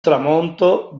tramonto